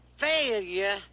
Failure